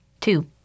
Two